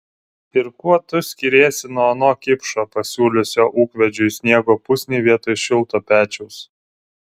ir kuo tu skiriesi nuo ano kipšo pasiūliusio ūkvedžiui sniego pusnį vietoj šilto pečiaus